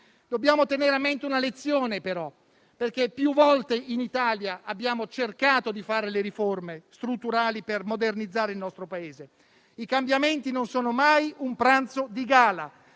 tuttavia tenere a mente una lezione, perché più volte in Italia abbiamo cercato di fare le riforme strutturali per modernizzare il nostro Paese. I cambiamenti non sono mai un pranzo di gala,